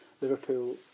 Liverpool